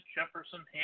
Jefferson